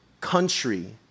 country